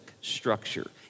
structure